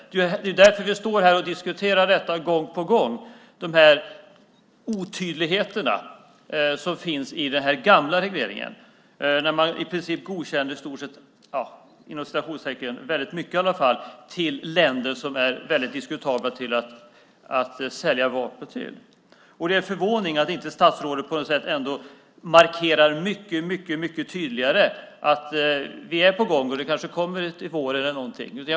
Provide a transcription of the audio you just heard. Det är därför vi står här gång på gång och diskuterar de här otydligheterna som finns i den gamla regleringen där man godkände väldigt mycket export till länder som det är mycket diskutabelt att sälja vapen till. Det är förvånande att inte statsrådet markerar mycket tydligare att det är på gång och att det kanske kommer någonting till våren.